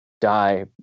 die